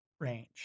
range